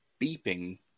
beeping